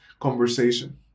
conversation